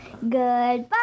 Goodbye